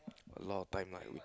a lot of time lah